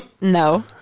No